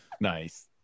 Nice